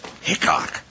Hickok